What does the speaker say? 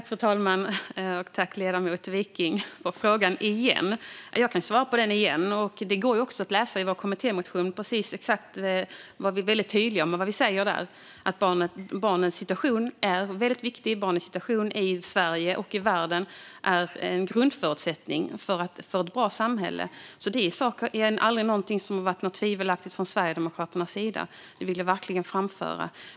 Fru talman! Jag tackar ledamoten Wiking för frågan - igen. Jag kan svara på den igen. Det går att läsa i vår kommittémotion precis exakt vad vi tycker. Vi är tydliga med att barnets situation är väldigt viktig. En bra situation för barn i Sverige och i världen är en grundförutsättning för ett bra samhälle. Det i sak har det aldrig varit något tvivel om från Sverigedemokraternas sida; det vill jag verkligen framhålla.